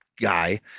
guy